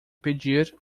pedir